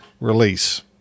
release